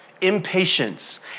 impatience